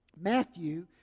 Matthew